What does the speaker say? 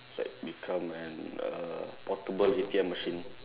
it's like become an uh portable A_T_M machine